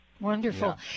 Wonderful